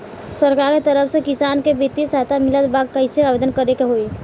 सरकार के तरफ से किसान के बितिय सहायता मिलत बा कइसे आवेदन करे के होई?